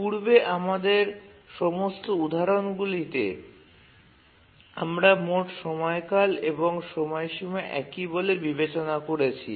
পূর্বে আমাদের সমস্ত উদাহরণগুলিতে আমরা মোট সময়কাল এবং সময়সীমা একই বলে বিবেচনা করেছি